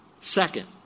Second